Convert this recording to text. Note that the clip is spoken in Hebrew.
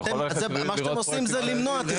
מה שאתם עושים זה למנוע תכנון.